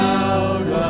out